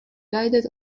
guided